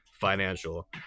financial